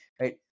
right